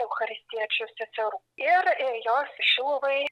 eucharistiečių seserų ir jos šiluvai